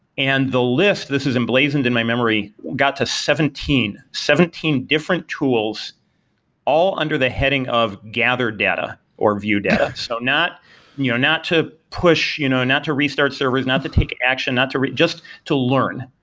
and the list, this is emblazoned in my memory, got to seventeen, seventeen different tools all under the heading of gathered data or view data. so not you know not to push, you know not to restart servers, not to take action, not to just to learn.